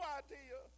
idea